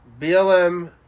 BLM